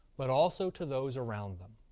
but also to those around them.